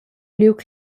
liug